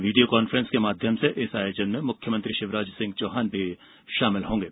video conference के माध्यम से इस आयोजन में मुख्यमंत्री शिवराज सिंह चौहान भी शामिल होंगे